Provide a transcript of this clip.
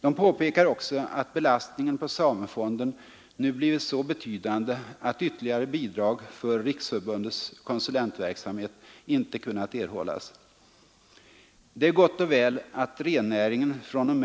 De påpekar också att belastningen på samefonden nu blivit så betydande att ytterligare bidrag för riksförbundets konsulentverksamhet inte kunnat erhållas. Det är gott och väl att rennäringen fr.o.m.